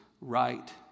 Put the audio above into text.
right